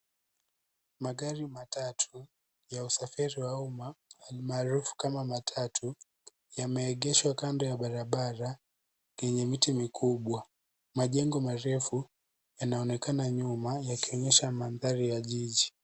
Magali matatu, ya usafiri wa uma, halimaarufu kama matatu, yameegeshwa kando ya barabara yenye miti mikubwa. Majengo marefu, yanaonekana nyuma, yakionyesha maanthari ya jiji.